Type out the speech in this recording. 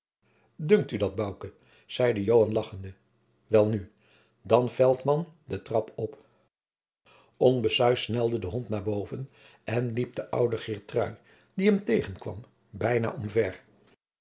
dunkt u dat bouke zeide joan lagchende welnu dan veltman de trap op onbesuisd snelde de hond naar boven en liep de oude geertrui die hem tegen kwam bijna omver